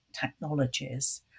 technologies